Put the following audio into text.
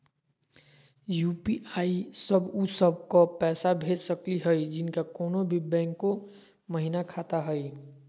UPI स उ सब क पैसा भेज सकली हई जिनका कोनो भी बैंको महिना खाता हई?